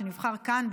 שנבחר כאן,